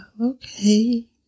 okay